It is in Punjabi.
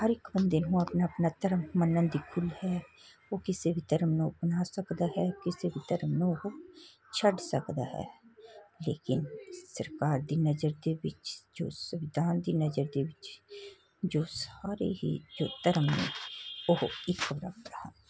ਹਰ ਇੱਕ ਬੰਦੇ ਨੂੰ ਆਪਣਾ ਆਪਣਾ ਧਰਮ ਮੰਨਣ ਦੀ ਖੁੱਲ੍ਹ ਹੈ ਉਹ ਕਿਸੇ ਵੀ ਧਰਮ ਨੂੰ ਅਪਣਾ ਸਕਦਾ ਹੈ ਕਿਸੇ ਵੀ ਧਰਮ ਨੂੰ ਉਹ ਛੱਡ ਸਕਦਾ ਹੈ ਲੇਕਿਨ ਸਰਕਾਰ ਦੀ ਨਜ਼ਰ ਦੇ ਵਿੱਚ ਜੋ ਸੰਵਿਧਾਨ ਦੀ ਨਜ਼ਰ ਦੇ ਵਿੱਚ ਜੋ ਸਾਰੇ ਹੀ ਜੋ ਧਰਮ ਨੇ ਉਹ ਇੱਕ ਬਰਾਬਰ ਹਨ